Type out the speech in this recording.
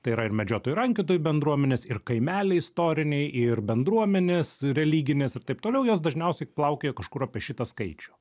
tai yra ir medžiotojų rankiotojų bendruomenės ir kaimeliai istoriniai ir bendruomenės religinės ir taip toliau jos dažniausiai plaukioja kažkur apie šitą skaičių